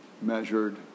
measured